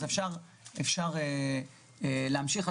זה משהו שאפשר להמשיך אותו